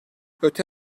öte